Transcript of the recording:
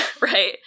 right